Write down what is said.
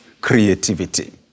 creativity